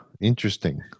interesting